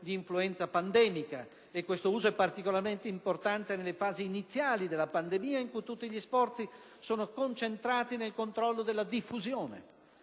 di influenza pandemica (questo uso è particolarmente importante nelle fasi iniziali della pandemia in cui tutti gli sforzi sono concentrati nel controllo della diffusione),